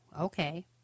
okay